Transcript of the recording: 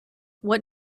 what